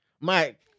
Mike